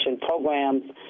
programs